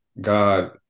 God